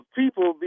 people